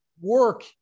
work